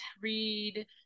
read